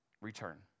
return